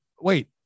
Wait